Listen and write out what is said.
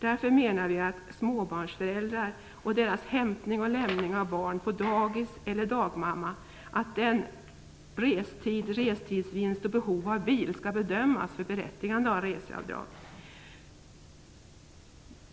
Därför menar vi att småbarnsföräldrars hämtning och lämning av barnet på dagis eller hos dagmamma, dvs. den restid, restidsvinst eller behov av bil, skall bedömas som berättigande till reseavdrag. Fru talman!